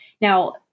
Now